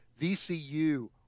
VCU